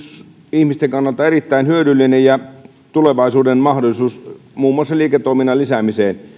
ihmisten kannalta erittäin hyödyllinen ja tulevaisuuden mahdollisuus muun muassa liiketoiminnan lisäämisessä